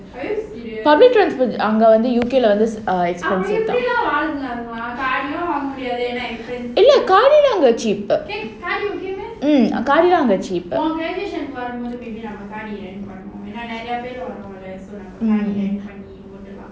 public transport அவங்க வந்து:avanga vandhu U_K leh வந்து:vandhu expensive அவங்க எப்படி வாழுவாங்க அப்போ:avanga epdi vaazhuvanga appo car அங்க:anga cheap mm car அங்க:anga cheap mm